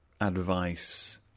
advice